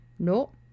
No